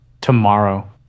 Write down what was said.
tomorrow